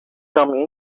come